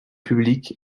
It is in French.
public